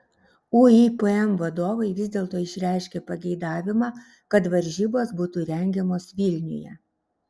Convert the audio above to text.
uipm vadovai vis dėlto išreiškė pageidavimą kad varžybos būtų rengiamos vilniuje